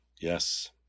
Yes